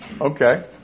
Okay